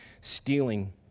stealing